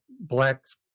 blacks